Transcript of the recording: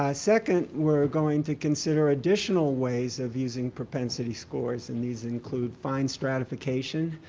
ah second, we're going to consider additional ways of using propensity scores and these include fine stratification,